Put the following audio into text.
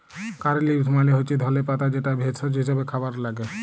কারী leaves মালে হচ্যে ধলে পাতা যেটা ভেষজ হিসেবে খাবারে লাগ্যে